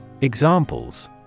Examples